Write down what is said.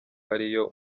ariyo